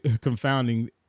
confounding